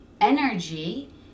energy